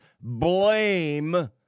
blame